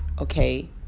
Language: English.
okay